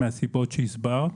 מהסיבות שהסברת.